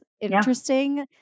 interesting